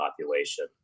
population